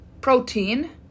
protein